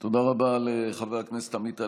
תודה רבה לחבר הכנסת עמית הלוי.